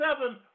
seven